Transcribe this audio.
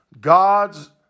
God's